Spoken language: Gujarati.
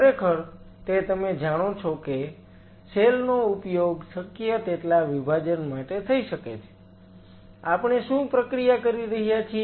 ખરેખર તે તમે જાણો છો કે સેલ નો ઉપયોગ શક્ય તેટલા વિભાજન માટે થઈ શકે છે આપણે શું પ્રક્રિયા કરી રહ્યા છીએ